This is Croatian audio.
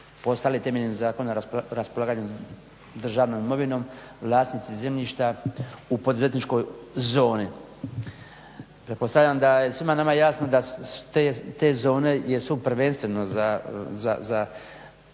postale temeljem Zakona o raspolaganju državnom imovinom vlasnici zemljišta u poduzetničkoj zoni. Pretpostavljam da je svima nama jasno da te zone jesu prvenstveno za